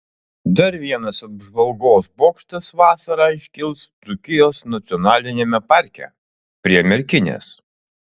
dar vienas apžvalgos bokštas vasarą iškils dzūkijos nacionaliniame parke prie merkinės